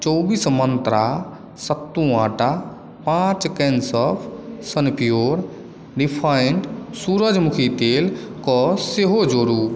चौबीस मन्त्रा सत्तू आटा पांच केन सौफ सनप्योर रिफाइंड सूरजमुखी तेल के सेहो जोड़ू